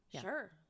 sure